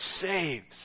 saves